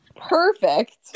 Perfect